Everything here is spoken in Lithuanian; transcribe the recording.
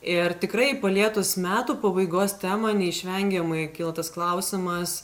ir tikrai palietus metų pabaigos temą neišvengiamai kyla tas klausimas